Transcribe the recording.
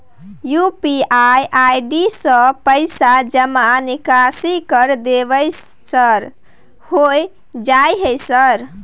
UPI ID से पैसा जमा निकासी कर देबै सर होय जाय है सर?